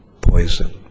poison